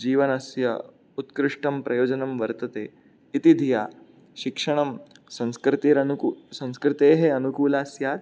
जीवनस्य उत्कृष्टं प्रयोजनं वर्तते इति धिया शिक्षणं संस्कृतेरनुकू संस्कृतेः अनुकूला स्यात्